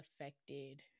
affected